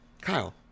Kyle